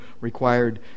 required